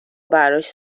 براش